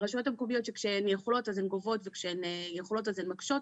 הרשויות המקומיות שכשהן יכולות אז הן גובות וכשהן יכולות אז הן מקשות,